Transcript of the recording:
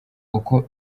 uko